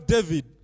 David